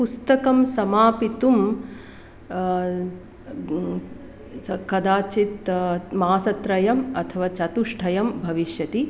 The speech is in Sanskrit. पुस्तकं समापितुम् कदाचित् मासत्रयम् अथवा चतुष्टयं भविष्यति